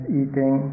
eating